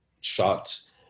shots